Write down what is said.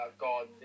God